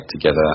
together